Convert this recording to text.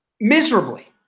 miserably